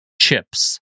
chips